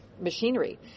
machinery